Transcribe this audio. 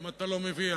אם אתה לא מביא,